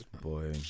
boy